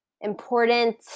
important